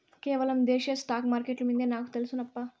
కేవలం దేశీయ స్టాక్స్ మార్కెట్లు మిందే నాకు తెల్సు నప్పా